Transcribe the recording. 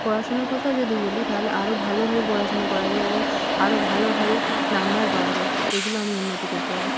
পড়াশোনার কথাও যদি বলি তাহলে আরো ভালোভাবে পড়াশুনো করা যায় এবং আরো ভালোভাবে নম্বর পাওয়া যায় এগুলো আমি উন্নতি করতে পারি